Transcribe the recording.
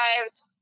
lives